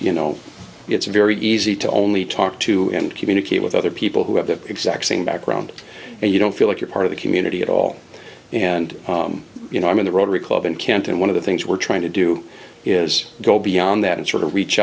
you know it's very easy to only talk to and communicate with other people who have the exact same background and you don't feel like you're part of the community at all and you know i'm in the rotary club in canton one of the things we're trying to do is go beyond that and sort of reach